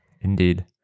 indeed